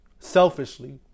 selfishly